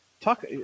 Talk